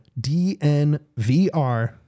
DNVR